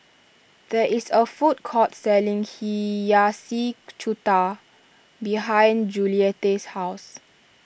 there is a food court selling Hiyashi Chuka behind Juliette's house